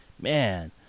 man